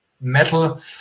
metal